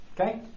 Okay